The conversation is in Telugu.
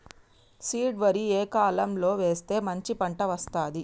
సీడ్ వరి ఏ కాలం లో వేస్తే మంచి పంట వస్తది?